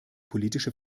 politische